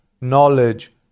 knowledge